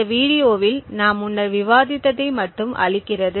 இந்த வீடியோவில் நாம் முன்னர் விவாதித்ததை மட்டும் அளிக்கிறது